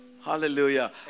Hallelujah